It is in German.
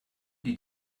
die